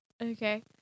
Okay